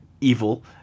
evil